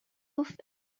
گفت